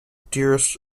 dearest